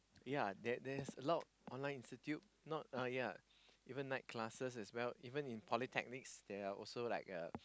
ya there there's a lot online institute not that ya even night classes as well even in polytechnics they are also like a